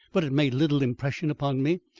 but it made little impression upon me,